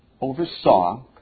oversaw